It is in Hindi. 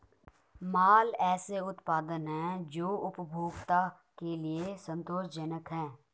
माल ऐसे उत्पाद हैं जो उपभोक्ता के लिए संतोषजनक हैं